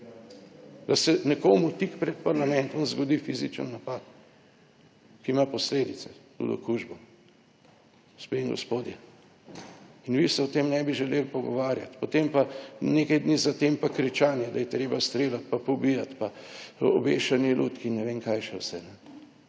da se nekomu tik pred parlamentom zgodi fizičen napad, ki ima posledice tudi okužbo. Gospe in gospodje in vi se o tem ne bi želeli pogovarjati, potem pa nekaj dni, za tem pa kričanje, da je treba streljati pa pobijati, pa obešanje lutk, ne vem kaj še vse.